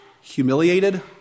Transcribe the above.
humiliated